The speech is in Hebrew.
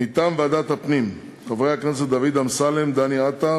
מטעם ועדת הפנים, חברי הכנסת דוד אמסלם, דניאל עטר